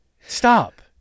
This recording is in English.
stop